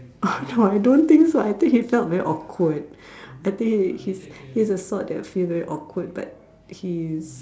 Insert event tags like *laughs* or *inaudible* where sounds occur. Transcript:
*laughs* no I don't think so I think he felt very awkward I think he he's he's the sort that feel very awkward but he is